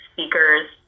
speakers